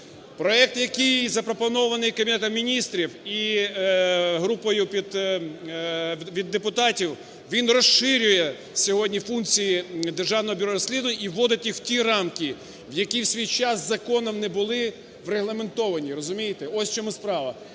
Проект, який запропонований Кабінетом Міністрів і групою від депутатів, він розширює сьогодні функції Державного бюро розслідувань і вводить їх в ті рамки, які в свій час законом не були врегламентовані, розумієте?